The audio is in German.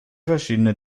verschiedene